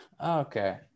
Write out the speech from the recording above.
okay